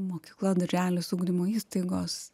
mokykla darželis ugdymo įstaigos